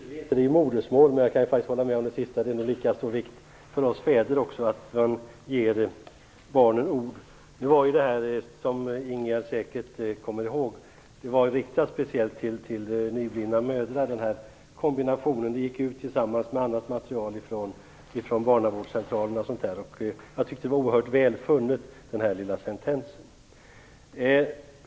Herr talman! Det talas visserligen om "modersmålet", men jag kan ändå hålla med om det sista. Det är lika viktigt att också vi fäder ger barnen ord. Som Ingegerd Sahlström säkert kommer ihåg riktade sig den här kombinationen speciellt till nyblivna mödrar. Den gick ut tillsammans med annat material från barnavårdscentralerna osv., och jag tyckte att denna lilla sentens var oerhört väl funnen.